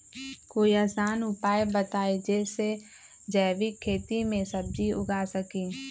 कोई आसान उपाय बताइ जे से जैविक खेती में सब्जी उगा सकीं?